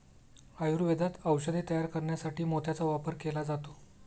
आयुर्वेदात औषधे तयार करण्यासाठी मोत्याचा वापर केला जातो